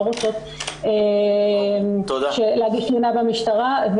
הן לא רוצות להגיש תלונה במשטרה,